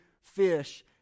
fish